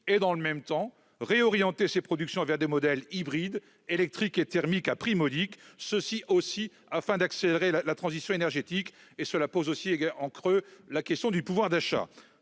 dans le même temps de réorienter la production vers des modèles hybrides, électriques et thermiques à prix modique, afin d'accélérer la transition énergétique. Cela pose aussi en creux la question du pouvoir d'achat.